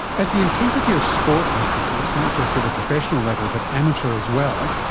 as the intensity of sport increases, not just at the professional level but amateur as well,